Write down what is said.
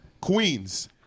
Queens